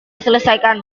selesaikan